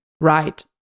right